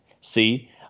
see